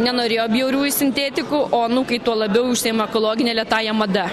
nenorėjo bjauriųjų sintėtikų o anūkai to labiau užsiima ekologine lėtąja mada